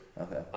Okay